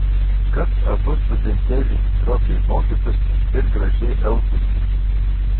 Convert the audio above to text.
kad abu studentėliai stropiai mokytųsi ir gražiai elgtųsi